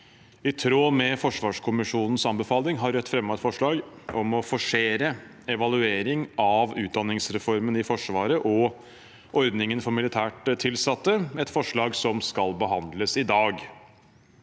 I tråd med forsvarskommisjonens anbefaling har Rødt fremmet et forslag om å forsere evaluering av utdanningsreformen i Forsvaret og ordningen for militært tilsatte, et forslag som skal behandles i dag.